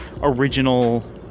original